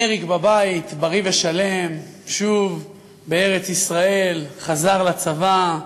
אריק בבית בריא ושלם, שוב בארץ-ישראל, חזר לצבא,